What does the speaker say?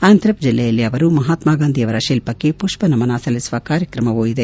Antwerp ಜಿಲ್ಲೆಯಲ್ಲಿ ಅವರು ಮಹಾತ್ಮಾ ಗಾಂಧಿ ಅವರ ಶಿಲ್ವಕ್ಕೆ ಪುಷ್ಪ ನಮನ ಸಲ್ಲಿಸುವ ಕಾರ್ಯಕ್ರಮವೂ ಇದೆ